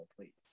please